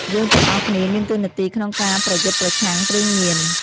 យើងទាំងអស់គ្នាមានតួនាទីក្នុងការប្រយុទ្ធប្រឆាំងគ្រឿងញៀន។